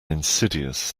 insidious